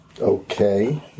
okay